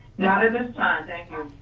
not at this time, thank you.